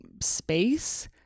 space